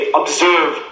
observe